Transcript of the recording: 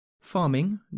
farming